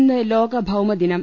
ഇന്ന് ലോക ഭൌമദിനം